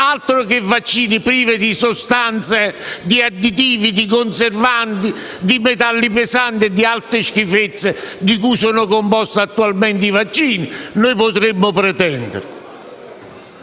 monodose, vaccini privi di sostanze, additivi, conservanti, metalli pesanti e altre schifezze, di cui sono composti attualmente i vaccini, potremmo pretendere!